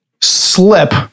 slip